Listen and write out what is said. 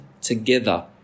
together